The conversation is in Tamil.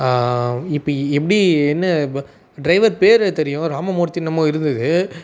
இப்போ எப்படி என்ன வ ட்ரைவர் பேர் தெரியும் ராமமமூர்த்தி என்னமோ இருந்துது